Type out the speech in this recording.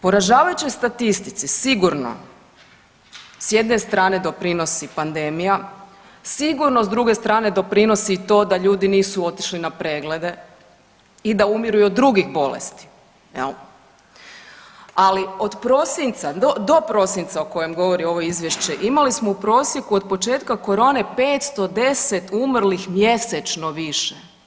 Poražavajućoj statistici sigurno s jedne strane doprinosi pandemija, sigurno s druge strane doprinosi i to da ljudi nisu otišli na preglede i da umiru i od drugih bolesti jel, ali od prosinca, do prosinca o kojem govori ovo izvješće imali smo u prosjeku od početka Corone 510 umrlih mjesečno više.